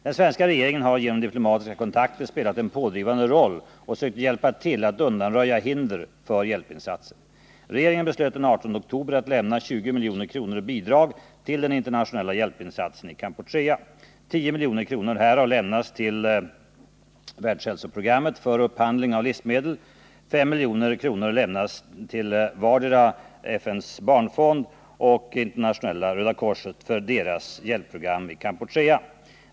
Den svenska regeringen har genom diplomatiska kontakter spelat en pådrivande roll och sökt hjälpa till att undanröja hindren för hjälpinsatser. Regeringen beslöt den 18 oktober att lämna 20 milj.kr. i bidrag till de internationella hjälpinsatserna i Kampuchea 10 milj.kr. härav lämnas till WFP för upphandling av livsmedel, 5 milj.kr. lämnas till vardera UNICEF och ICRC för deras hjälpprogram i Kampuchea.